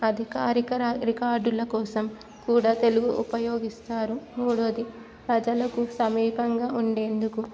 అధికారిక రికార్డుల కోసం కూడా తెలుగు ఉపయోగిస్తారు మూడవది ప్రజలకు సమీపంగా ఉండేందుకు